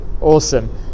awesome